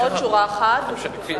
עוד שורה אחת, בבקשה.